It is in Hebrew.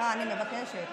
היא שלחה